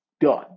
Done